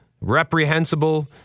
Reprehensible